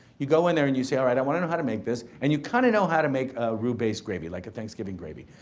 you go in there and you say, all right, and wanna know how to make this. and you kinda know how to make roux-based gravy, like a thanksgiving gravy,